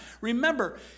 Remember